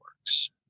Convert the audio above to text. works